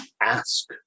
ask